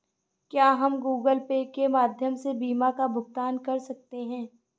क्या हम Google Pay के माध्यम से बीमा का भुगतान कर सकते हैं?